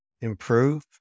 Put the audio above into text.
improve